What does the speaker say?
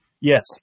Yes